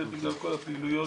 בגלל כל הפעילויות